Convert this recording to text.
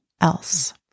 else